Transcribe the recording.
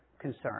concern